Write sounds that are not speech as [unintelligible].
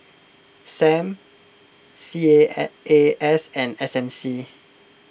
Sam C A [unintelligible] A S and S M C